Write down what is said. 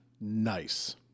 nice